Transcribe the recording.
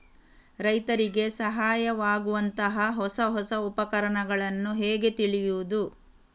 ರೈತರಿಗೆ ಸಹಾಯವಾಗುವಂತಹ ಹೊಸ ಹೊಸ ಉಪಕರಣಗಳನ್ನು ಹೇಗೆ ತಿಳಿಯುವುದು?